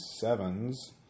sevens